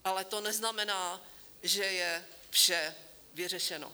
Ale to neznamená, že je vše vyřešeno.